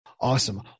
Awesome